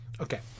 Okay